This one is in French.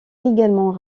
également